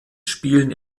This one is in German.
spielen